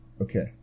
Okay